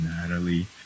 Natalie